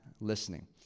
listening